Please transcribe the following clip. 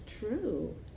true